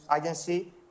agency